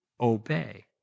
obey